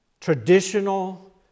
traditional